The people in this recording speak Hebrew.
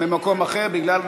ממקום לא שלי.